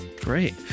Great